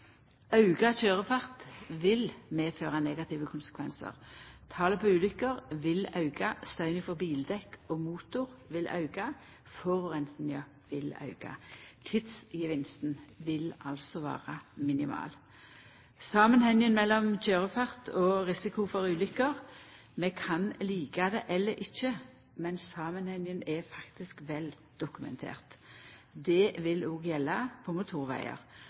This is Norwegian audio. Auka køyrefart vil medføra negative konsekvensar. Talet på ulykker vil auka, støyen frå bildekk og motor vil auka, og forureininga vil auka. Tidsgevinsten vil altså vera minimal. Når det gjeld samanhengen mellom køyrefart og risiko for ulykker – vi kan lika det eller ikkje – er den faktisk vel dokumentert. Det vil òg gjelda på motorvegar.